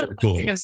cool